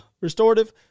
restorative